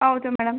ಹೌದು ಮೇಡಮ್